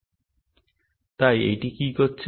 তাই এইটি কি করছে